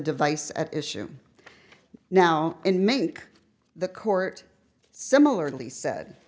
device at issue now and make the court similarly sa